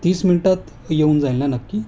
तीस मिनटात येऊन जाईल ना नक्की